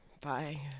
Bye